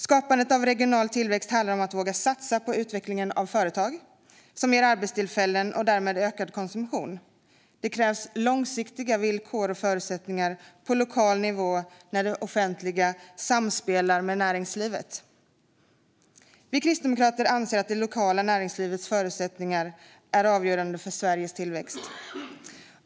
Skapandet av regional tillväxt handlar om att våga satsa på utvecklingen av företag, som ger arbetstillfällen och därmed ökad konsumtion. Det krävs långsiktiga villkor och förutsättningar på lokal nivå, där det offentliga samspelar med näringslivet. Vi kristdemokrater anser att det lokala näringslivets förutsättningar är avgörande för Sveriges tillväxt.